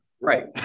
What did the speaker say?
Right